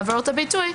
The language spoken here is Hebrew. לעבירות הביטוי.